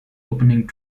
opening